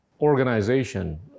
organization